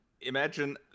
Imagine